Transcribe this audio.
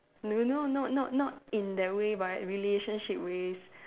no no not not not in that way but relationship ways